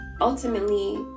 ultimately